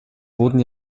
wurden